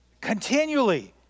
Continually